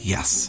Yes